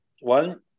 one